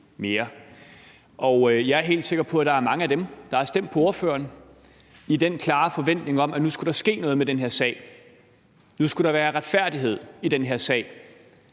jeg er helt sikker på, at der er mange af dem, der har stemt på ordføreren i den klare forventning om, at nu skulle der ske noget med den her sag, at nu skulle der være retfærdighed i den her sag.